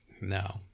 No